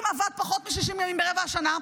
אם עבד פחות מ-60 ימים ברבע השנה,